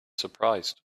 surprised